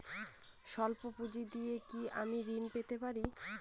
সল্প পুঁজি দিয়ে কি আমি ঋণ পেতে পারি?